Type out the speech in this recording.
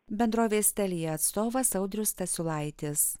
bendrovės telija atstovas audrius stasiulaitis